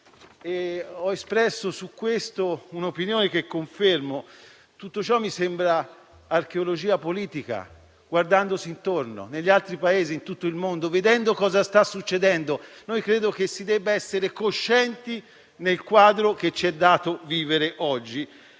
ho espresso su questo un'opinione che confermo: tutto ciò mi sembra archeologia politica, guardandosi intorno, negli altri Paesi, in tutto il mondo, vedendo cosa sta succedendo. Credo che si debba essere coscienti del quadro che ci è dato vivere oggi